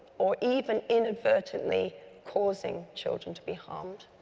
or even inadvertently causing, children to be harmed.